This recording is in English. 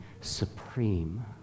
supreme